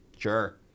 Sure